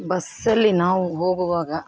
ಬಸ್ಸಲ್ಲಿ ನಾವು ಹೋಗುವಾಗ